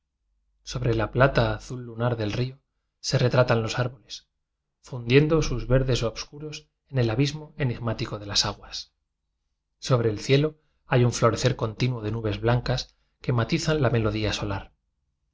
sobre la plata azul lunar del río se retra tan los árboles fundiendo sus verdes obs curos en el abismo enigmático de las aguas sobre el cielo hay un florecer continuo de nubes blancas que matizan la melodía so